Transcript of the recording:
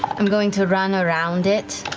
i'm going to run around it.